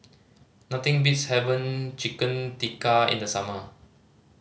nothing beats haven Chicken Tikka in the summer